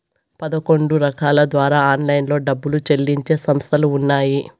పదకొండు రకాల ద్వారా ఆన్లైన్లో డబ్బులు చెల్లించే సంస్థలు ఉన్నాయి